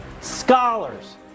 scholars